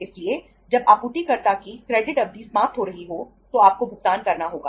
इसलिए जब आपूर्तिकर्ता की क्रेडिट अवधि समाप्त हो रही हो तो आपको भुगतान करना होगा